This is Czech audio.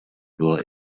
dole